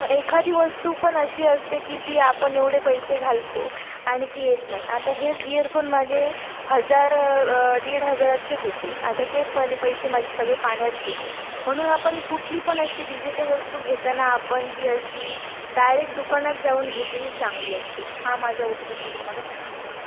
पण एखादी वस्तू पण अशी असते की ती आपण एवढे पैसे घालतो आणि ती येत नाही आता हेच इयरफोन माझे हजार दीड हजाराचे होते आता ते पण पैसे माझे सगळे पाण्यात गेले म्हणून आपण कुठली पण अशी डिजिटल वस्तू घेताना आपण ती अशी डायरेक्ट दुकानात जाऊन घेतलेलीच चांगली असते हा माझा ओपिनियन मी तुम्हाला सांगितला